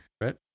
right